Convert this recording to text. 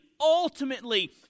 ultimately